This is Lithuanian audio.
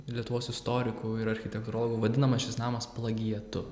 lietuvos istorikų ir architektūrolų vadinamas šis namas plagiatu